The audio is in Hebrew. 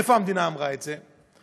איפה המדינה אמרה את זה?